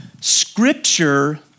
scripture